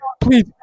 please